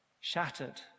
shattered